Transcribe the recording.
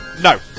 No